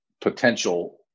potential